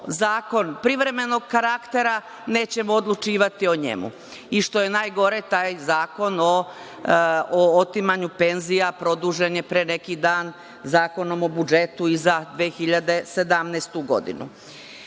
zakon privremenog karaktera, nećemo odlučivati o njemu. Što je najgore, taj zakon o otimanju penzija, produžen je pre neki dan Zakonom o budžetu i za 2017. godinu.U